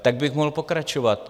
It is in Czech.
Tak bych mohl pokračovat.